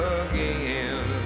again